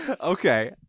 Okay